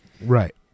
Right